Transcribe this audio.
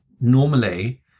normally